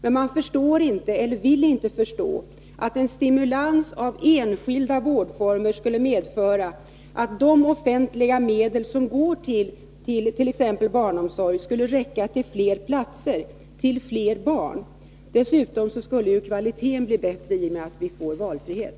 Men man förstår inte, eller vill inte förstå, att en stimulans av enskilda vårdformer skulle medföra att de offentliga medel som går exempelvis till barnomsorg skulle räcka till fler platser och barn. Dessutom skulle kvaliteten bli bättre i och med att vi får valfrihet.